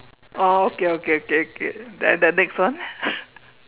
oh okay okay okay okay then the next one